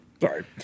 Sorry